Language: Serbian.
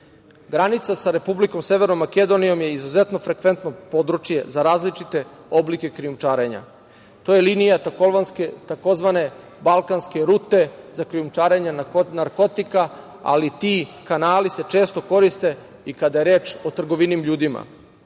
sa Republikom Severnom Makedonijom je izuzetno frekventno područje za različite oblike krijumčarenja. To je linija tzv. balkanske rute za krijumčarenje narkotika, ali ti kanali se često koriste i kada je reč o trgovini ljudima.